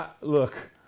Look